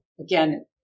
Again